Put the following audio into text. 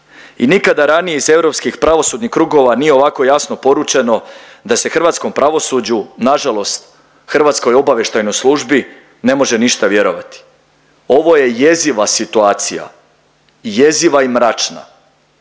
nikada ranije iz europskih pravosudnih krugova nije ovako jasno poručeno da se hrvatskom pravosuđu nažalost, hrvatskoj obavještajnoj službi, ne može ništa vjerovati. Ovo je Ovo je jeziva situacija, jeziva i mračna.